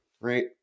right